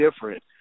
different